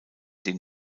den